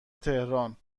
تهران